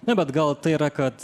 na bet gal tai yra kad